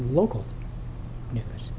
local news